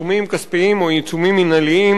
או עיצומים מינהליים,